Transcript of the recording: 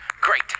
great